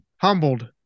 humbled